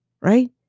right